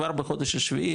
כבר בחודש השביעי,